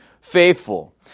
faithful